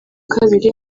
kabiri